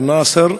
(תיקון מס' 3),